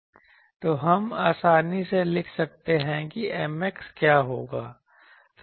तो हम आसानी से लिख सकते हैं कि Mx क्या होगा